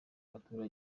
abaturage